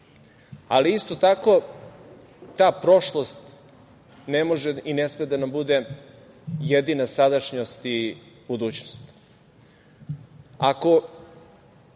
ali isto tako ta prošlost ne može i ne sme da nam bude jedina sadašnjost i budućnost.